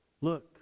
Look